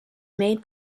made